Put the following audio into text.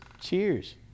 cheers